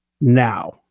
now